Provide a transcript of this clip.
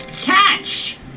Catch